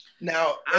Now